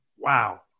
wow